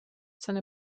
seine